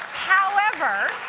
however,